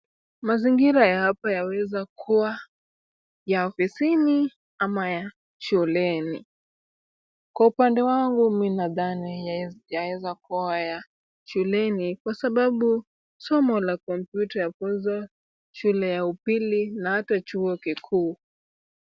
Mazingira ya hapa yawezakua ya ofisini ama ya shuleni. Kwa upande wangu mimi nadhani yawezakua ya shuleni kwa sababu somo la kompyuta yafunzwa shule ya upili na hata chuo kikuu.